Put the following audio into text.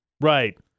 Right